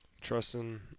Trusting